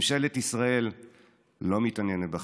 ממשלת ישראל לא מתעניינת בכם.